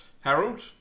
Harold